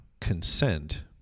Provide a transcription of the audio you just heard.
consent